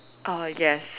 uh yes